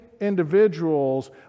individuals